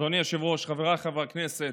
אדוני היושב-ראש, חבריי חברי הכנסת,